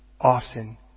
often